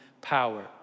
power